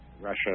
Russia